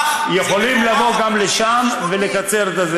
הם יכולים לבוא גם לשם ולקצר את,